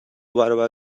برابر